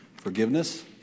forgiveness